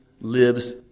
lives